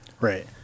Right